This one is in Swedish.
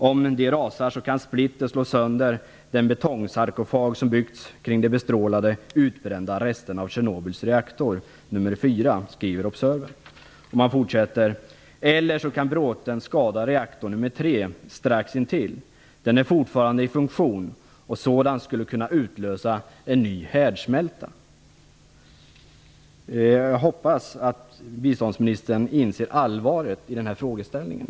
Om de rasar, kan splitter slå sönder den betongsarkofag som byggts kring de bestrålade, utbrända resterna av Tjernobyls reaktor nummer fyra, skriver Observer. Tidningen fortsätter: - Eller så kan bråten skada reaktor nummer tre strax intill. Den är fortfarande i funktion, och sådant skulle kunna utlösa en ny härdsmälta." Jag hoppas att biståndsministern inser allvaret i den här frågeställningen.